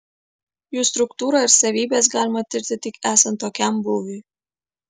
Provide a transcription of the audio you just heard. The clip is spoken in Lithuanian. jų struktūrą ir savybes galima tirti tik esant tokiam būviui